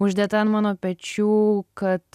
uždėta ant mano pečių kad